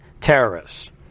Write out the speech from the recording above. terrorists